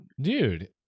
Dude